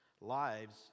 lives